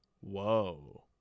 Whoa